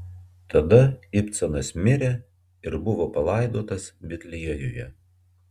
tada ibcanas mirė ir buvo palaidotas betliejuje